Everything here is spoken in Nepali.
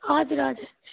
हजुर हजुर